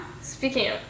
Speaking